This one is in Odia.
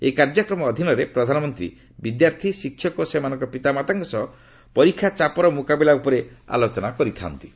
ଏହି କାର୍ଯ୍ୟକ୍ରମ ଅଧୀନରେ ପ୍ରଧାନମନ୍ତ୍ରୀ ବିଦ୍ୟାର୍ଥୀ ଶିକ୍ଷକ ଓ ସେମାନଙ୍କର ପିତାମାତାମାନଙ୍କ ସହ ପରୀକ୍ଷା ଚାପର ମୁକାବିଲା ଉପରେ ଆଲୋଚନା କରିବେ